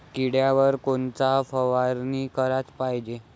किड्याइवर कोनची फवारनी कराच पायजे?